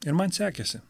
ir man sekėsi